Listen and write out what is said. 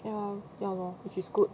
ya ya lor this is good